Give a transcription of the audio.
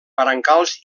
brancals